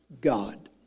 God